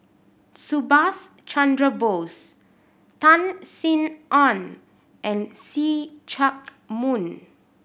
Subhas Chandra Bose Tan Sin Aun and See Chak Mun